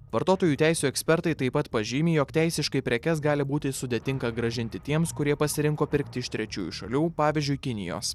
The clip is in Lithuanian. vartotojų teisių ekspertai taip pat pažymi jog teisiškai prekes gali būti sudėtinga grąžinti tiems kurie pasirinko pirkti iš trečiųjų šalių pavyzdžiui kinijos